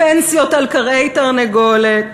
פנסיות על כרעי תרנגולת,